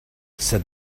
said